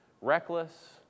reckless